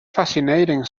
fascinating